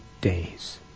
days